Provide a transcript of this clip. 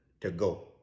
to-go